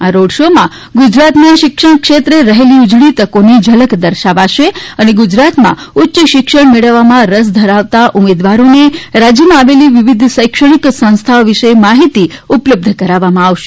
આ રોડ શોમાં ગુજરાતમાં શિક્ષણ ક્ષેત્રે રહેલી ઉજળી તકોની ઝલક દર્શાવશે અને ગુજરાતમાં ઉચ્ય શિક્ષણ મેળવવામાં રસ ધરાવતા ઉમેદવારોને રાજ્યમાં આવેલી વિવિધ શૈક્ષણિક સંસ્થાઓ વિશે માહિતી ઉપલબ્ધ કરાવવામાં આવશે